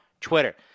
Twitter